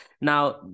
Now